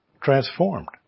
transformed